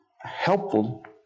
helpful